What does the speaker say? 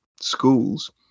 schools